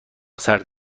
سرد